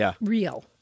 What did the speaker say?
real